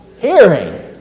hearing